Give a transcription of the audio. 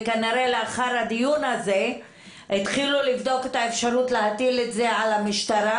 וכנראה לאחר הדיון הזה יתחילו לבדוק את האפשרות להטיל את זה על המשטרה,